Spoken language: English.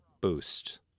boost